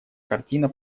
картина